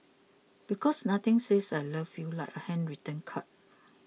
because nothing says I love you like a handwritten card